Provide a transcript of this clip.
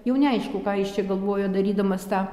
jau neaišku ką jis čia galvojo darydamas tą